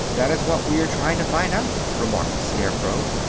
that is what we are trying to find out, remarked the scarecrow.